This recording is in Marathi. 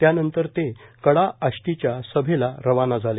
त्यानंतर ते कडाए आष्टीच्या सभेला रवाना झाले